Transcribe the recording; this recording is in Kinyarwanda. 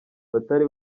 batari